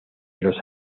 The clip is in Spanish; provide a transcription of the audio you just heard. los